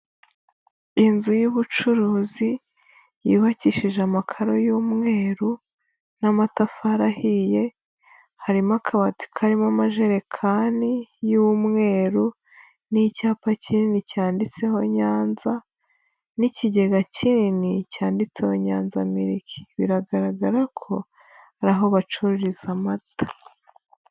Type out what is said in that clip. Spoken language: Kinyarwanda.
Inzu y'ubucuruzi, yubakishije amakaro y'umweru n'amatafari ahiye, harimo akabati karimo amajerekani y'umweru n'icyapa kinini cyanditseho Nyanza n'ikigega kinini cyanditseho Nyanza miriki. Biragaragara ko ari aho bacururiza amata.